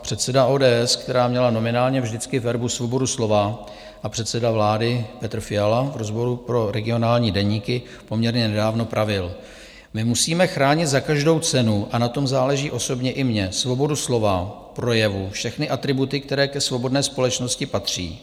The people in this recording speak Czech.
Předseda ODS, která měla nominálně vždycky v erbu svobodu slova, a předseda vlády Petr Fiala v rozhovoru pro Regionální Deníky poměrně nedávno pravil: My musíme chránit za každou cenu, a na tom záleží osobně i mně, svobodu slova, projevu, všechny atributy, které ke svobodné společnosti patří.